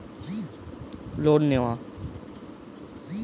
ঋণ স্থগিত বা লোন মোরাটোরিয়াম মানে কি?